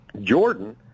Jordan